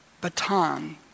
baton